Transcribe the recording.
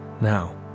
now